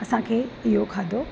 असांखे इहो खाधो